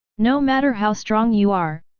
no matter how strong you are,